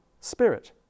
Spirit